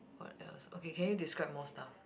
what else okay can you describe more stuff